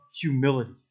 humility